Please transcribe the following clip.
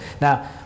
Now